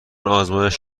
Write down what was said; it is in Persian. آزمایش